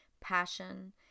passion